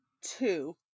two